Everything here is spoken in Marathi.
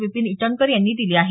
विपीन इटनकर यांनी दिले आहेत